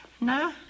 No